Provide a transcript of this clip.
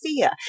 fear